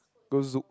go Zouk